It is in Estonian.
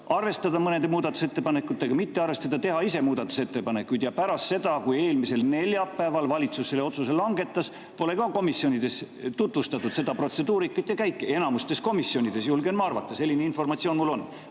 arvestada mõnede muudatusettepanekutega või mitte arvestada, teha ise muudatusettepanekuid. Ja pärast seda, kui eelmisel neljapäeval valitsus selle otsuse langetas, pole ka komisjonides tutvustatud seda protseduurikat ja käike. [Seda pole tehtud] enamikus komisjonides, julgen ma arvata, selline informatsioon mul on.